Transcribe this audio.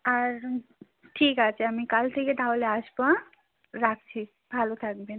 আর ঠিক আছে আমি কাল থেকে তাহলে আসবো হ্যাঁ রাখছি ভালো থাকবেন